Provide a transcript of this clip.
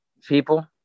people